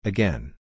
Again